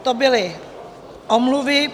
To byly omluvy.